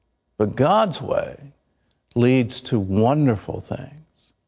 but god's way leads to wonderful things.